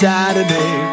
Saturday